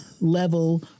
level